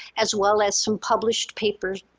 as well as some published papers,